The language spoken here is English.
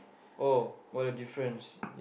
oh what a difference